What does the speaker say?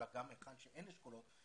אלא גם היכן שאין אשכולות